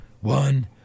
One